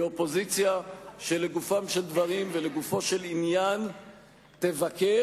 היא אופוזיציה שלגופם של דברים ולגופו של עניין תבקר,